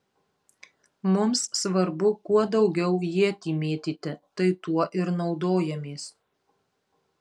mums svarbu kuo daugiau ietį mėtyti tai tuo ir naudojamės